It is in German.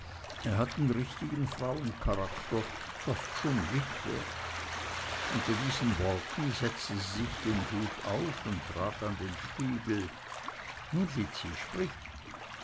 er hat den richtigen frauencharakter fast schon witwe unter diesen worten setzte sie sich den hut auf und trat an den spiegel nun lizzi sprich